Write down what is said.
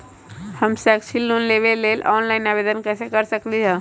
हम शैक्षिक लोन लेबे लेल ऑनलाइन आवेदन कैसे कर सकली ह?